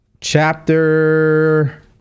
Chapter